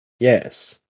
Yes